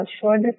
short